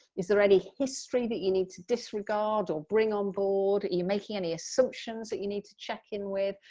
is there any history that you need to disregard or bring on board? are you making any assumptions that you need to check in with?